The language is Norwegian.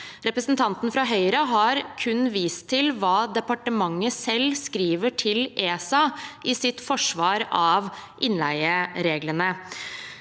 Representanten fra Høyre har kun vist til hva departementet selv skriver til ESA i sitt forsvar av innleiereglene.